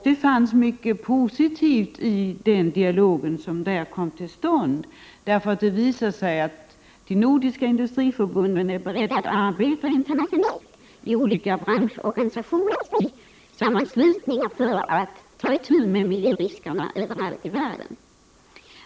Det fanns mycket positivt i den dialog som där kom till stånd. Det visade sig att de nordiska industriförbunden är beredda att arbeta internationellt i olika branschorganisationer och industrisammanslutningar för att ta itu med miljöriskerna överallt i världen.